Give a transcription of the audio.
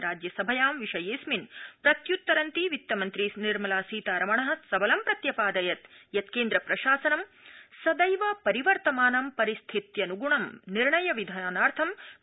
राज्यसभायां विषयेऽस्मिन् प्रत्युत्तरन्ती वित्तमन्त्री निर्मला सीतामरण सबलं प्रत्यपादयत् यत् केन्द्रप्रशासनं सदैव परिवर्तमानं परिस्थित्यन्ग्णं निर्णय विधानार्थं वचनबद्धमस्ति